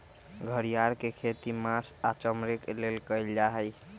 घरिआर के खेती मास आऽ चमड़े के लेल कएल जाइ छइ